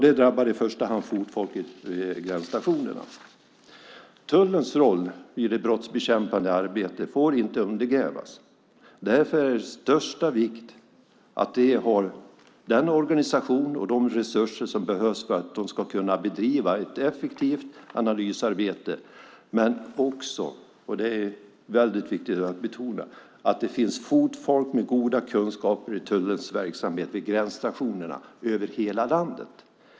Det drabbar i första hand fotfolket vid gränsstationerna. Tullens roll i det brottsbekämpande arbetet får inte undergrävas. Därför är det av största vikt att de har den organisation och de resurser som behövs för att de ska kunna bedriva ett effektivt analysarbete men också - det är viktigt att betona - att det finns fotfolk med goda kunskaper i tullens verksamhet vid gränsstationerna över hela landet.